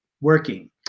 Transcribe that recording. working